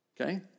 Okay